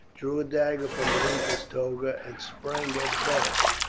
drew a dagger from beneath his toga and sprang at beric.